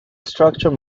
structure